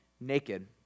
naked